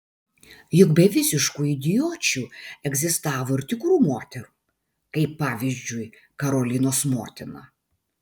juk be visiškų idiočių egzistavo ir tikrų moterų kaip pavyzdžiui karolinos motina